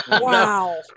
wow